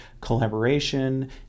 collaboration